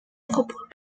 propre